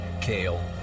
Kale